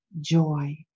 joy